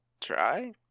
try